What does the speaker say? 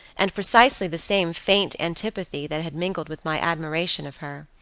and precisely the same faint antipathy that had mingled with my admiration of her.